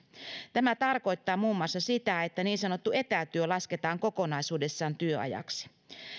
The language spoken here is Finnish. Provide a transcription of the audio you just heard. tämä tarkoittaa muun muassa sitä että niin sanottu etätyö lasketaan kokonaisuudessaan työajaksi